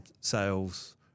sales